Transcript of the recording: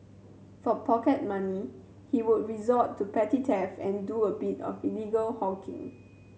for pocket money he would resort to petty theft and do a bit of illegal hawking